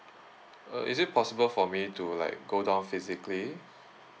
uh is it possible for me to like go down physically